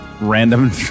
random